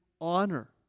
honor